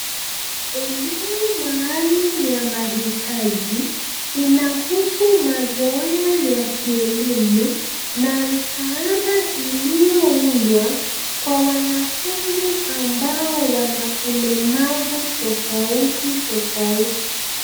Elimu maalum ya mahitaji inahusu mazoea ya kielimu na msaada iliyoundwa kwa wanafunzi ambao wana ulemavu tofauti tofauti.